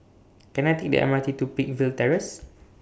Can I Take The M R T to Peakville Terrace